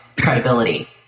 credibility